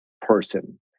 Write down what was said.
person